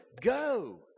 go